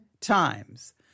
times